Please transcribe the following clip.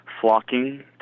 flocking